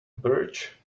birch